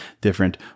different